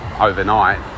overnight